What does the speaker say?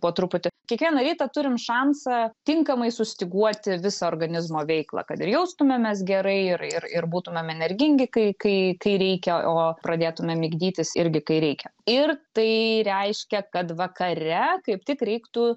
po truputį kiekvieną rytą turim šansą tinkamai sustyguoti visą organizmo veiklą kad jaustumėmės gerai ir ir būtumėme energingi kai kai kai reikia o pradėtumėme migdytis irgi kai reikia ir tai reiškia kad vakare kaip tik reiktų